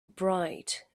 bright